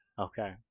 Okay